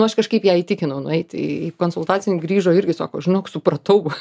nu aš kažkaip ją įtikinau nueiti į konsultaciją jin grįžo irgi sako žinok supratau